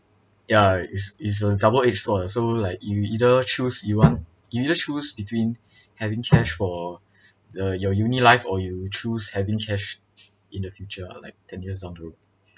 ya it's it's a double edged sword so like you either choose you want you just choose between having cash for uh your uni life or you choose having cash in the future ah like ten years down the road